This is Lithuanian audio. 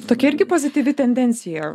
tokia irgi pozityvi tendencija